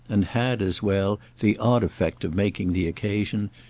and had, as well, the odd effect of making the occasion,